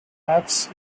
maps